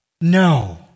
No